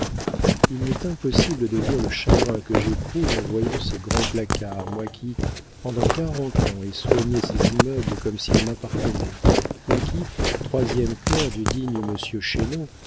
il m'est impossible de dire le chagrin que j'éprouve en voyant ces grands placards moi qui pendant quarante ans ai soigné ces immeubles comme s'ils m'appartenaient moi qui troisième clerc du digne